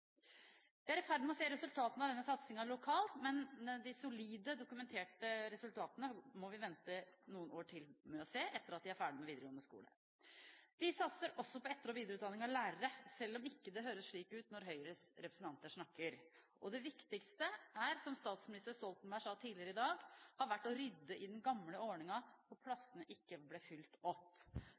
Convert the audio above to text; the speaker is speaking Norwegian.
Vi er i ferd med å se resultatene av denne satsingen lokalt, men de solide dokumenterte resultatene må vi vente noen år til før vi får se, etter at disse elevene er ferdige med videregående skole. Vi satser også på etter- og videreutdanning av lærere, selv om det ikke høres slik ut når Høyres representanter snakker. Det viktigste, som statsminister Stoltenberg sa tidligere i dag, har vært å rydde i den gamle ordningen hvor plassene ikke ble fylt opp.